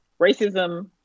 racism